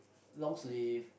long sleeve